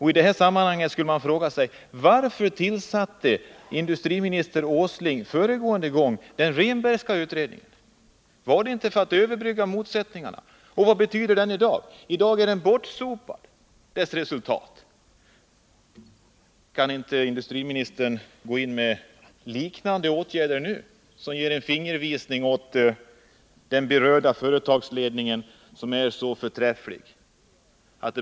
I det här sammanhanget kan man fråga: Varför tillsatte industriminister Åsling förra gången den Rehnbergska utredningen? Var det inte för att överbrygga motsättningarna? Och vad betyder den utredningen i dag? I dag är dess resultat bortsopade. Kan inte industriministern nu gå in med liknande åtgärder, som kan ge en fingervisning om att det behöver göras någonting åt den berörda företagsledningen, som är så förträfflig?